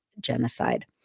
genocide